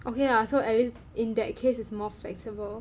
okay lah so at least in that case is more flexible